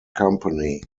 company